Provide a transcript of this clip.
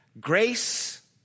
Grace